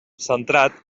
centrat